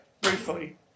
briefly